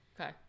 okay